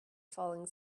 falling